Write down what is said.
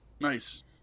Nice